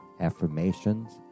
affirmations